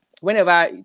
whenever